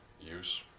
use